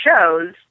shows